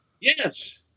Yes